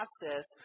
process